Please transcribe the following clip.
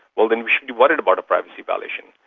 well then we should be worried about a privacy violation.